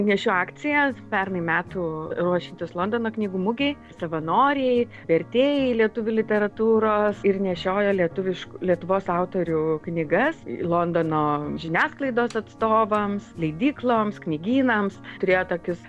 nešiu akcijas pernai metų ruošiantis londono knygų mugei savanoriai vertėjai lietuvių literatūros ir nešiojo lietuviškų lietuvos autorių knygas londono žiniasklaidos atstovams leidykloms knygynams turėjo tokius